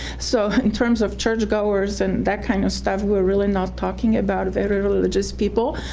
so in terms of churchgoers and that kind of stuff, we were really not talking about very religious people,